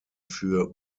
für